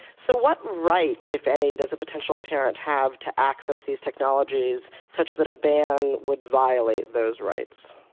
so what right, if any, does a potential parent have to access these technologies, such that a ban would violate those rights?